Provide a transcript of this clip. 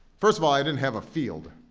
first of all, i didn't have a field.